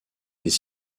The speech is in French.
des